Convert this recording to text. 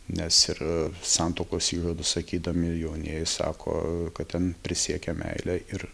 nes ir santuokos įžadus sakydami ir jaunieji sako kad ten prisiekia meilę ir